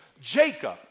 Jacob